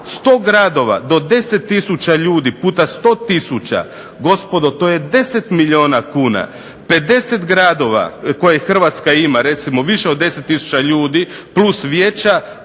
100 gradova, do 10 tisuća ljudi puta 100 tisuća to je 10 milijuna kuna, 50 gradova koje hrvatska ima dakle više od 10 tisuća ljudi, plus vijeća